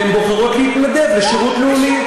והן בוחרות להתנדב לשירות לאומי.